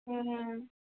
ಹ್ಞೂ ಹ್ಞೂ